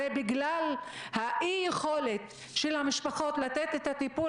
הרי בגלל אי-היכולת של המשפחות לתת את הטיפול